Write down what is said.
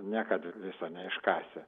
niekad viso neiškasi